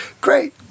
Great